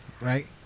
Right